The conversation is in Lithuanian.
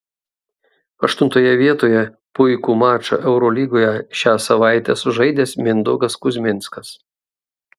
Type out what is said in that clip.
aštuntoje vietoje puikų mačą eurolygoje šią savaitę sužaidęs mindaugas kuzminskas